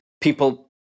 people